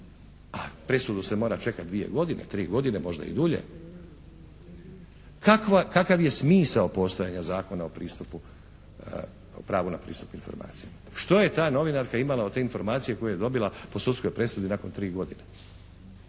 a presudu se mora čekati dvije godine, tri godine, možda i dulje, kakav je smisao postojanja Zakona o pravu na pristup informacijama. Što je ta novinarska imala od te informacije koju je dobila po sudskoj presudi nakon tri godine?